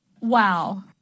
Wow